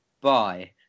Bye